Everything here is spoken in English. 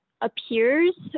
appears